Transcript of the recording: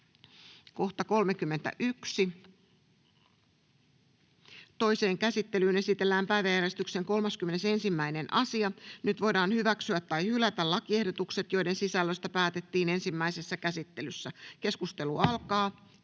Content: Toiseen käsittelyyn esitellään päiväjärjestyksen 10. asia. Nyt voidaan hyväksyä tai hylätä lakiehdotus, jonka sisällöstä päätettiin ensimmäisessä käsittelyssä. — Keskustelu alkaa.